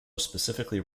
specifically